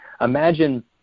imagine